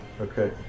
okay